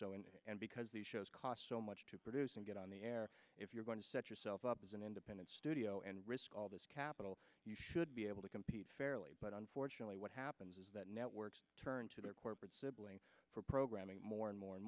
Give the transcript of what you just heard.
producer because the shows cost so much to produce and get on the air if you're going to set yourself up as an independent studio and risk all this capital you should be able to compete fairly but unfortunately what happens is that networks turn to their corporate sibling for programming more and more and